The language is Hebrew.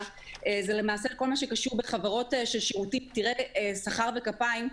היא כל מה שקשור בחברות שירותים עתירי שכר וכפיים.